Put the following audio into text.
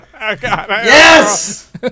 Yes